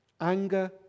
Anger